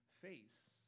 face